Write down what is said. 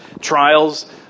Trials